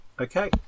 Okay